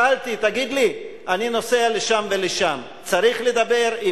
שאלתי: תגיד לי, אני נוסע לשם ולשם, צריך לדבר?